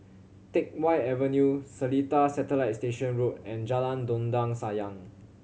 Teck Whye Avenue Seletar Satellite Station Road and Jalan Dondang Sayang